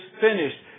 finished